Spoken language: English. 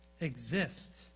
exist